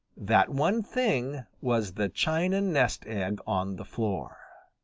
that one thing was the china nest-egg on the floor.